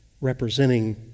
representing